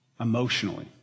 emotionally